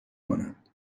کنند